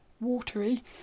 watery